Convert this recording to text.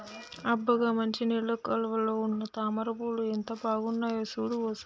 అబ్బ గా మంచినీళ్ళ కాలువలో ఉన్న తామర పూలు ఎంత బాగున్నాయో సూడు ఓ సారి